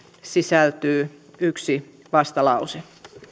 sisältyy yksi vastalause